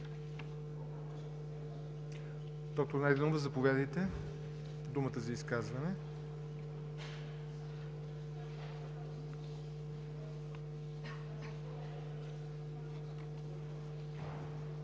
Доктор Найденова, заповядайте, имате думата за изказване.